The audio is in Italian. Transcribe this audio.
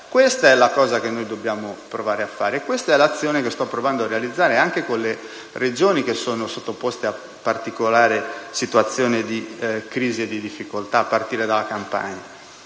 Questo è ciò che noi dobbiamo provare a fare e questa è l'azione che sto provando a realizzare anche con le Regioni sottoposte a particolari situazioni di crisi e di difficoltà, a partire dalla Campania.